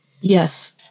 Yes